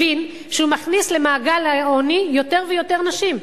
הבין שהוא מכניס למעגל העוני יותר ויותר נשים.